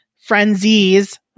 Frenzies